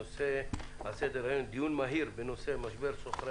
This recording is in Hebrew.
הנושא על סדר-היום: דיון מהיר בנושא משבר שוכרי